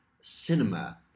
cinema